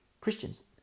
Christians